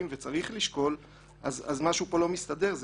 וצריך לשקול אז משהו פה לא מסתבר.